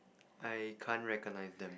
I can't recognise them